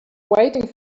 waiting